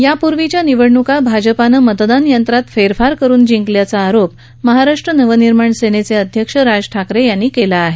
यापूर्वीच्या निवडणुका भाजपानं मतदान यंत्रात फेरफार करून जिंकल्याचा आरोप महाराष्ट्र नवनिर्माण सेनेचे अध्यक्ष राज ठाकरे यांनी केला आहे